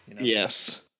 yes